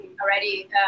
already